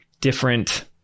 different